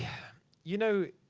you know,